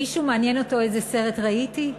מישהו מעניין אותו איזה סרט ראיתי?